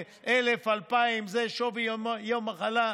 1,000 2,000,